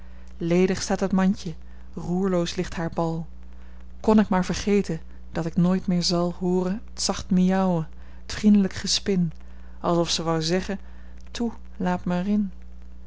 ledig staat het mandje roerloos ligt haar bal kon ik maar vergeten dat ik nooit meer zal hooren t zacht miauwen t vriendelijk gespin alsof zij wou zeggen toe laat mij er in